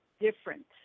different